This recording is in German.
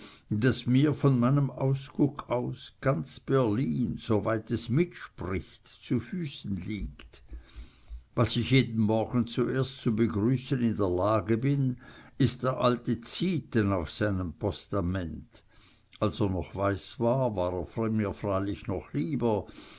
daß mir von meinem ausguck aus ganz berlin soweit es mitspricht zu füßen liegt was ich jeden morgen zuerst zu begrüßen in der lage bin ist der alte zieten auf seinem postament als er noch weiß war war er mir freilich noch lieber